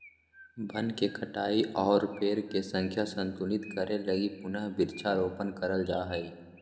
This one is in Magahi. वन के कटाई और पेड़ के संख्या संतुलित करे लगी पुनः वृक्षारोपण करल जा हय